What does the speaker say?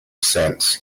sense